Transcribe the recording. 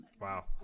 Wow